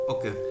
Okay